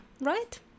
right